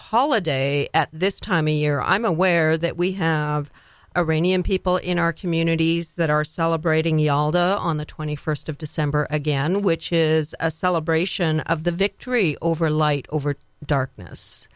holiday at this time a year i'm aware that we have a rainy and people in our communities that are celebrating the all the on the twenty first of december again which is a celebration of the victory over light over darkness